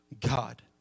God